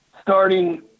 starting